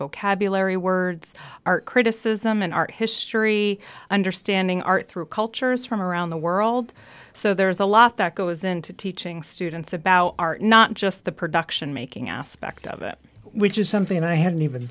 vocabulary words art criticism and art history understanding art through cultures from around the world so there's a lot that goes into teaching students about our not just the production making aspect of it which is something i hadn't even